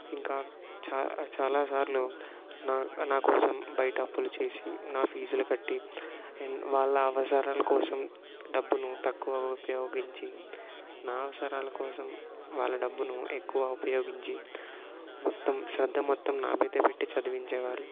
ఇంకా చా చాలా సార్లు నా నా కోసం బయట అప్పులు చేసి నా ఫీజులు కట్టి అండ్ వాళ్ళ అవసరాల కోసం డబ్బును తక్కువ ఉపయోగించి నా అవసరాల కోసం వాళ్ళ డబ్బును ఎక్కువ ఉపయోగించి మొత్తం శ్రద్ధ మొత్తం నా మీదే పెట్టి చదివించేవారు